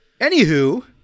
Anywho